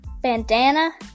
bandana